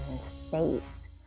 space